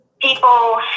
people